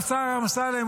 השר אמסלם,